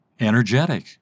energetic